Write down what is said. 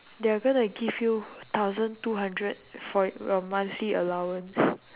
they're gonna give you thousand two hundred for your monthly allowance